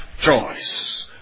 choice